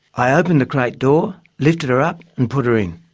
i opened the crate door, lifted her up and put her in.